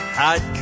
hot